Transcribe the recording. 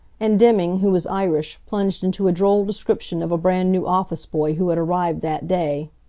and deming, who is irish, plunged into a droll description of a brand-new office boy who had arrived that day.